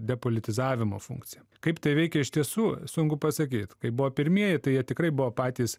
depolitizavimo funkciją kaip tai veikia iš tiesų sunku pasakyt kai buvo pirmieji tai jie tikrai buvo patys